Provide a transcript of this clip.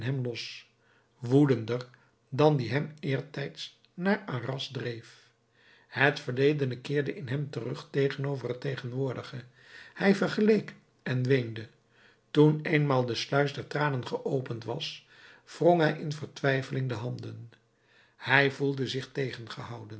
los woedender dan die hem eertijds naar arras dreef het verledene keerde in hem terug tegenover het tegenwoordige hij vergeleek en weende toen eenmaal de sluis der tranen geopend was wrong hij in vertwijfeling de handen hij voelde zich tegengehouden